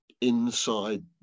inside